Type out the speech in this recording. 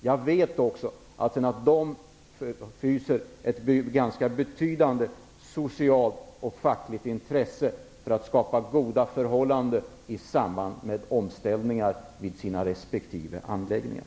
Jag vet också att man inom Volvo hyser ett ganska betydande socialt och fackligt intresse för att skapa goda förhållanden i samband med omställning vid sina resp. anläggningar.